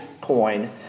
coin